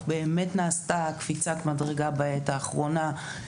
ובאמת נעשתה קפיצת מדרגה בעת האחרונה.